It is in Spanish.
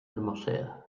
hermosea